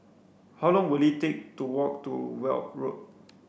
how long will it take to walk to Weld Road